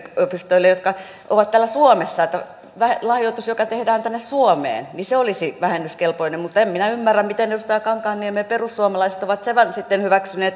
yliopistoille jotka ovat täällä suomessa lahjoitus joka tehdään tänne suomeen olisi vähennyskelpoinen mutta en minä ymmärrä miten edustaja kankaanniemi ja perussuomalaiset ovat sitten hyväksyneet